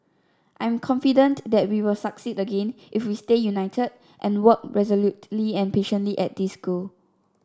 I am confident that we will succeed again if we stay united and work resolutely and patiently at this goal